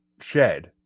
shed